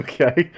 Okay